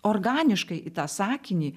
organiškai į tą sakinį